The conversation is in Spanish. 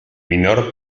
minor